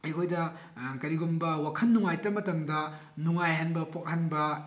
ꯑꯩꯈꯣꯏꯗ ꯀꯔꯤꯒꯨꯝꯕ ꯋꯥꯈꯜ ꯅꯨꯡꯉꯥꯏꯇꯕ ꯃꯇꯝꯗ ꯅꯨꯡꯉꯥꯏꯍꯟꯕ ꯄꯣꯛꯍꯟꯕ